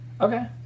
Okay